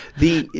the,